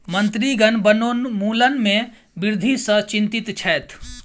मंत्रीगण वनोन्मूलन में वृद्धि सॅ चिंतित छैथ